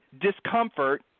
discomfort